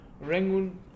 Rangoon